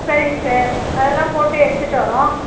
சரிங்க சார் அதெல்லாம் போட்டு எடுத்துட்டு வர்றோம்